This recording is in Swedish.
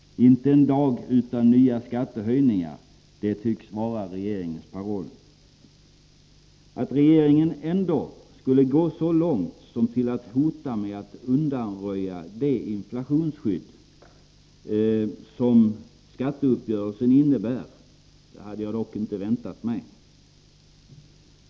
Inte en dag utan nya skattehöjningar, tycks vara regeringens paroll. Att regeringen skulle gå så långt som till att hota med att undanröja det inflationsskydd som skatteuppgörelsen innebär hade jag dock inte väntat mig.